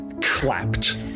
clapped